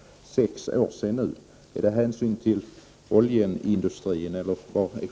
1988/89:119 fråga om hänsyn till oljeindustrin eller vilket skäl är det?